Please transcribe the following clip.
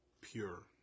pure